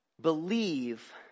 Believe